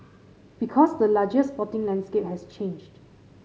because the larger sporting landscape has changed